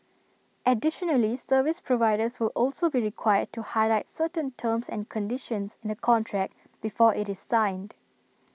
additionally service providers will also be required to highlight certain terms and conditions in A contract before IT is signed